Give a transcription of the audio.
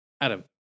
Adam